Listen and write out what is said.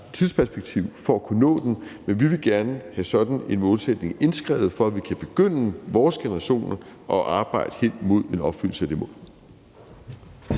tidsperspektiv for at kunne nå den, men vi vil gerne have sådan en målsætning indskrevet, så vores generation kan begynde at arbejde hen imod opfyldelsen af det